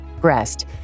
breast